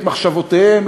את מחשבותיהם,